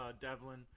Devlin